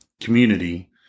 community